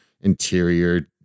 interior